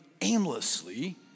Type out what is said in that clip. aimlessly